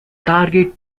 target